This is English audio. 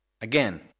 again